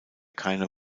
keine